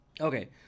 Okay